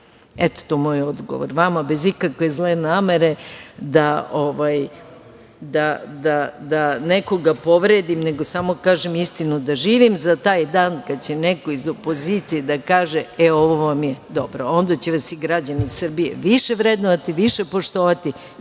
to je moj odgovor vama, bez ikakve zle namere da nekoga povredim, nego samo kažem istinu da živim za taj dan kad će neko iz opozicije da kaže – e, ovo vam je dobro. Onda će vas i građani Srbije više vrednovati, više poštovati